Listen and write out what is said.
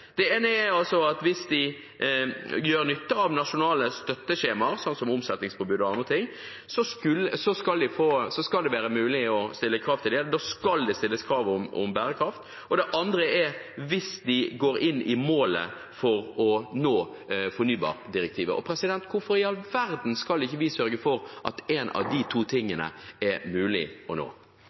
Den ene er at hvis de gjør nytte av nasjonale støtteskjemaer, sånn som omsetningspåbud og andre ting, skal det være mulig å stille krav til dem, da skal det stilles krav om bærekraft, og den andre er hvis de går inn i målet for å nå fornybardirektivet. Hvorfor i all verden skal ikke vi sørge for at en av de to tingene er mulig å nå?